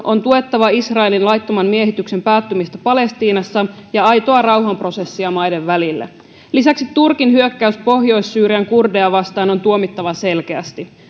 on tuettava israelin laittoman miehityksen päättymistä palestiinassa ja aitoa rauhanprosessia maiden välillä lisäksi turkin hyökkäys pohjois syyrian kurdeja vastaan on tuomittava selkeästi